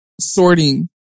sorting